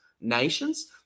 nations